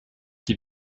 die